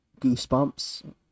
Goosebumps